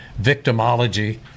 victimology